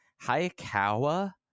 hayakawa